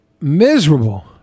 miserable